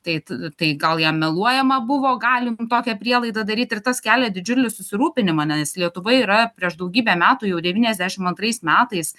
tai t tai gal jam meluojama buvo galim tokią prielaidą daryt ir tas kelia didžiulį susirūpinimą nes lietuva yra prieš daugybę metų jau devyniasdešim antrais metais